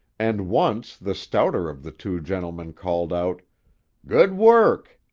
and once the stouter of the two gentlemen called out good work!